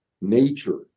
nature